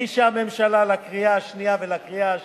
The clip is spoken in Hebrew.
שהגישה הממשלה, לקריאה שנייה ולקריאה שלישית.